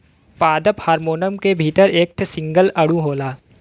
पादप हार्मोन के भीतर एक ठे सिंगल अणु होला